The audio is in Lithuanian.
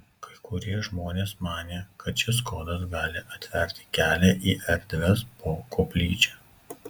kai kurie žmonės manė kad šis kodas gali atverti kelią į erdves po koplyčia